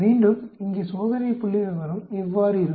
மீண்டும் இங்கே சோதனை புள்ளிவிவரம் இவ்வாறு இருக்கும்